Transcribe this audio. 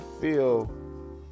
feel